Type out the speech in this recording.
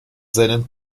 seinen